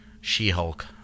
She-Hulk